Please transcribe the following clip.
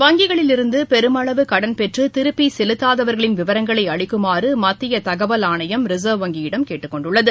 வங்கிகளிலிருந்து பெருமளவு கடன் பெற்று திருப்பி செலுத்தாதவர்களின் விவரங்களை அளிக்குமாறு மத்திய தகவல் ஆணையம் ரிசாவ் வங்கியிடம் கேட்டுக் கொண்டுள்ளது